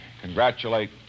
congratulate